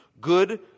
good